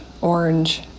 orange